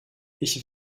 ich